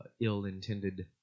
ill-intended